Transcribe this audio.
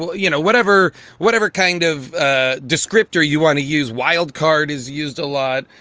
you know, whatever whatever kind of ah descriptor you want to use wild card is used a lot